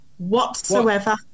whatsoever